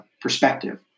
perspective